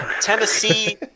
Tennessee